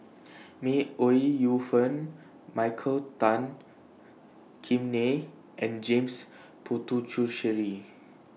May Ooi Yu Fen Michael Tan Kim Nei and James Puthucheary